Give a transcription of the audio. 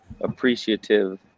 appreciative